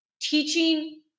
teaching